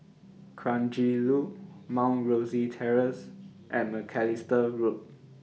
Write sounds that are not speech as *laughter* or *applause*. Kranji Loop Mount Rosie Terrace and Macalister Road *noise*